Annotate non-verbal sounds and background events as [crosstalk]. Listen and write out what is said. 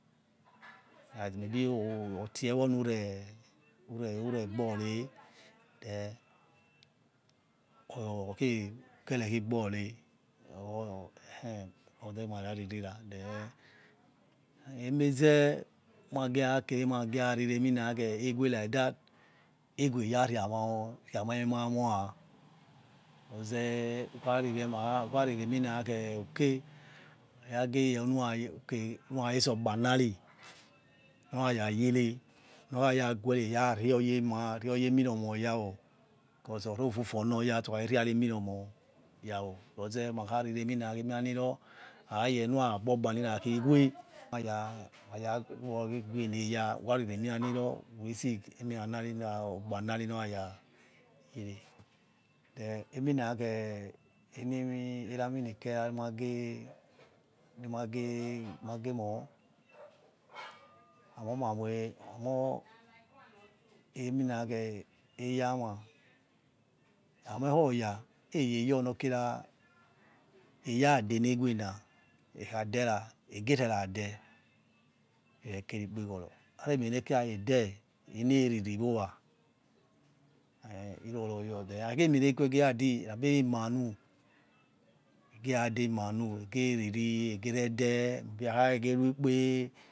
Na bio otie wi mire ure ure gbore [hesitation] okhe khare gborore or eh roze mara rirera emizoma gierakere mara riri emina khe ewe like that ewe eraria mai emimamo ha roze whora riri oke uyageyor nura rese ogba na ri nuraragere nor kharaghere rio ya ema ya emiromoya wo rari orofu foya senu erare riari emiromoya wo roze oya okhariri emina niro ara yonu ragbogba nara khe ewe waya waya meneyai whora rese minaniro whora gbogba niri norar rayere then eminakhe enemi erami nikeri nimage mage mo amor ma enieramo nike ra ni mi geh mageh more amorna amo eminakhe oya ma amoikhieya eradenewe na ekhadera evarede erekiri kpeghoro are mienekira ede eneriri wowa eh iroroyor eh iroroyor who egera di madu egariri eh eh gerade hakhahege rukpe